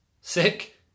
sick